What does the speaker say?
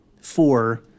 four